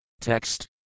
Text